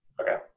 Okay